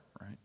right